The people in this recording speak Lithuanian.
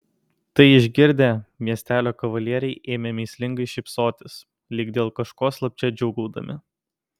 tai išgirdę miestelio kavalieriai ėmė mįslingai šypsotis lyg dėl kažko slapčia džiūgaudami